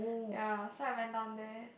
ya so I went down there